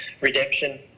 redemption